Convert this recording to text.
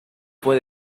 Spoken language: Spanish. fue